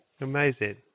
Amazing